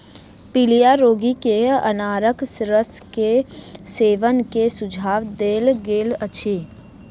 पीलिया रोगी के अनारक रसक सेवन के सुझाव देल गेल अछि